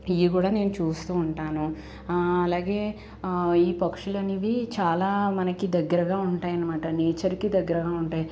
ఇవి కూడా నేను చూస్తూ ఉంటాను అలాగే ఈ పక్షులనేవి చాలా మనకు దగ్గర ఉంటాయనమాట నేచర్కి దగ్గరగా ఉంటాయి